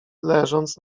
leżąc